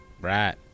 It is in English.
Right